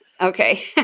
Okay